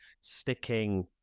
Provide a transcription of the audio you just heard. sticking